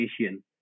Asian